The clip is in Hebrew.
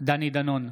דני דנון,